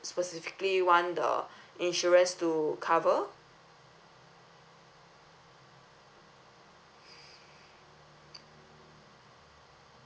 specifically want the insurance to cover